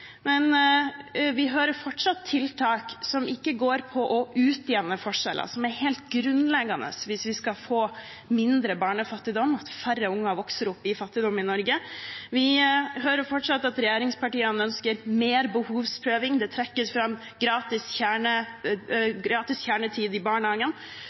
men vi hører fortsatt tiltak som ikke går på å utjevne forskjeller som er helt grunnleggende hvis vi skal få mindre barnefattigdom, at færre unger vokser opp i fattigdom i Norge. Vi hører fortsatt at regjeringspartiene ønsker mer behovsprøving, og det trekkes fram gratis kjernetid i barnehagen,